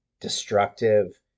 destructive